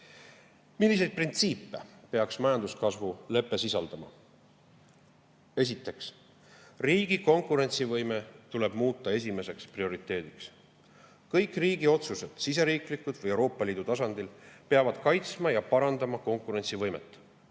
Milliseid printsiipe peaks majanduskasvulepe sisaldama? Esiteks, riigi konkurentsivõime tuleb muuta esimeseks prioriteediks. Kõik riigi otsused, siseriiklikud või Euroopa Liidu tasandil, peavad kaitsma ja parandama konkurentsivõimet.